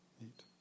neat